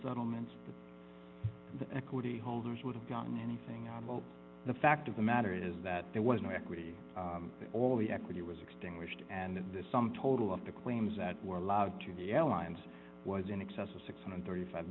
settlements the equity holders would have gotten anything out of the fact of the matter is that there was no equity all the equity was extinguished and the sum total of the claims that were allowed to the airlines was in excess of six hundred and thirty five